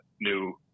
new